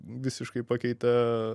visiškai pakeitė